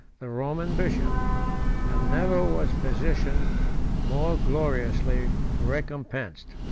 the roman bishop and never was physician more gloriously recompensed.